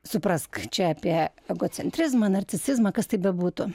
suprask čia apie egocentrizmą narcisizmą kas tai bebūtų